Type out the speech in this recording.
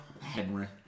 Henry